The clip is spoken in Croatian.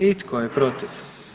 I tko je protiv?